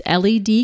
LED